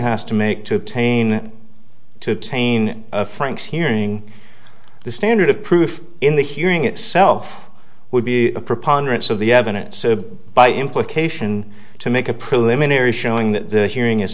has to make to obtain to obtain a franks hearing the standard of proof in the hearing itself would be a preponderance of the evidence by implication to make a preliminary showing that the hearing is